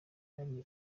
yari